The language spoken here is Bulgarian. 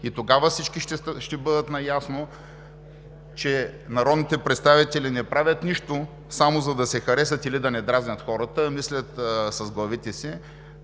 и тогава всички ще бъдат наясно, че народните представители не правят нещо само за да се харесат или да не дразнят хората, а мислят с главите си,